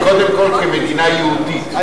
קודם כול כמדינה יהודית,